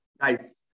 Nice